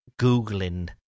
Googling